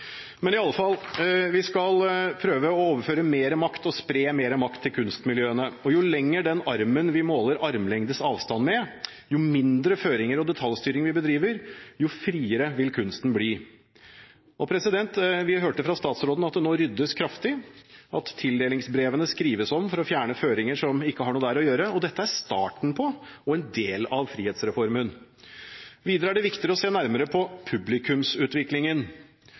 Vi skal prøve å overføre mer makt og spre mer makt til kunstmiljøene. Jo lenger den armen vi måler armlengdes avstand med, jo mindre føringer og detaljstyring vi bedriver, jo friere vil kunsten bli. Vi hørte statsråden si at det nå ryddes kraftig, og at tildelingsbrevene skrives om for å fjerne føringer som ikke har noe der å gjøre. Dette er starten på og en del av frihetsreformen. Videre er det viktig å se nærmere på publikumsutviklingen.